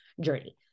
journey